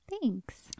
Thanks